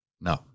No